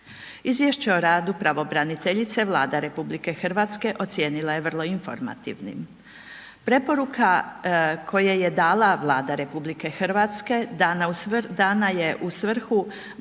Izvješće o radu pravobraniteljice Vlada RH ocijenila je vrlo informativnim. Preporuka koje je dala Vlada RH dana je u svrhu